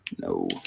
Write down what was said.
No